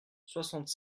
soixante